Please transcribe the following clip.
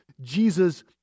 Jesus